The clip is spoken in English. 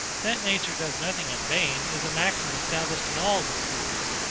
that nature does nothing in vain, is a maxim established in all the schools,